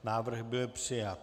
Návrh byl přijat.